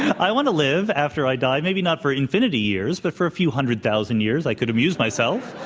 i want to live after i die, maybe not for infinity years but for a few hundred thousand years i could amuse myself.